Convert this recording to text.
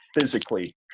physically